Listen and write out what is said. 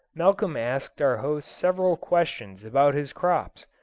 malcolm asked our host several questions about his crops,